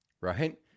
right